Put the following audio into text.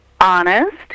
honest